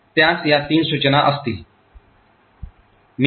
तर त्यास या तीन सूचना असतील